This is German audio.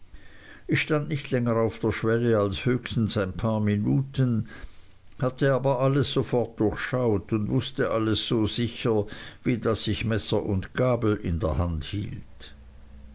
ich stand nicht länger auf der schwelle als höchstens ein paar minuten hatte aber alles sofort durchschaut und wußte alles so sicher wie daß ich messer und gabel in der hand hielt